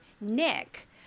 Nick